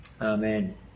amen